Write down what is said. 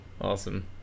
Awesome